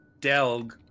Delg